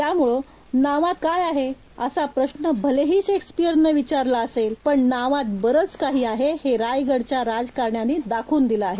त्यामुळं नावात काय आहे असा प्रश्न भलेही शेक्सपिअरनं विचारला असेल पण नावात बरंच काही आहे हे रायगडच्या राजकारण्यांनी दाखवून दिलं आहे